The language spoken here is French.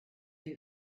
des